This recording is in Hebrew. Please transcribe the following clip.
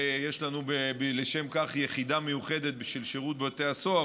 ויש לנו לשם כך יחידה מיוחדת בשירות בתי הסוהר,